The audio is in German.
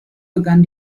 begann